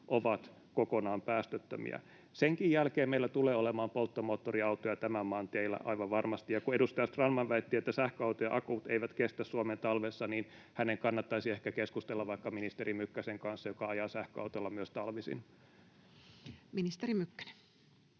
ovat kokonaan päästöttömiä. Senkin jälkeen meillä tulee olemaan polttomoottoriautoja tämän maan teillä aivan varmasti. Ja kun edustaja Strandman väitti, että sähköautojen akut eivät kestä Suomen talvessa, niin hänen kannattaisi ehkä keskustella vaikka ministeri Mykkäsen kanssa, joka ajaa sähköautolla myös talvisin. Ministeri Mykkänen.